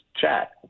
chat